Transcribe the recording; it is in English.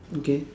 okay